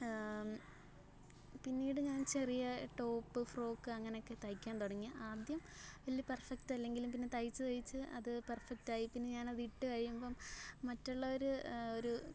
പിന്നീട് ഞാൻ ചെറിയ ടോപ്പ് ഫ്രോക്ക് അങ്ങനെയൊക്കെ തയ്ക്കാൻ തുടങ്ങി ആദ്യം വലിയ പെർഫെക്റ്റ് അല്ലെങ്കിലും പിന്നെ തയ്ച്ചു തയ്ച്ചു അത് പെർഫെക്റ്റ് ആയി പിന്നെ ഞാൻ അത് ഇട്ട് കഴിയുമ്പം മറ്റുള്ളവർ ഒരു